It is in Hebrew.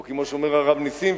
או כמו שאומר הרב נסים,